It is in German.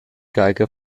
geige